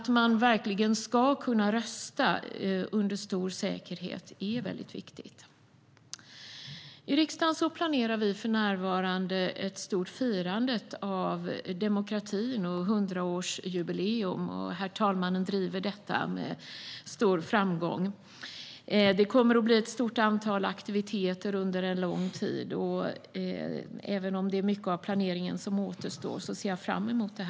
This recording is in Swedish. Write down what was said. Att man verkligen ska kunna rösta under stor säkerhet är väldigt viktigt. I riksdagen planerar vi för närvarande ett stort firande av demokratin, ett hundraårsjubileum. Herr talmannen driver detta med stor framgång. Det kommer att bli ett stort antal aktiviteter under en lång tid. Även om mycket av planeringen återstår ser jag fram emot det.